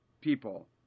people